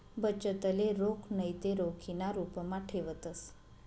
बचतले रोख नैते रोखीना रुपमा ठेवतंस